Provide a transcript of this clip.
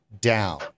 down